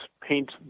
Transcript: paint